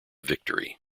victory